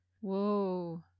Whoa